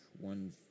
one